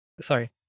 sorry